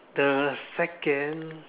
the second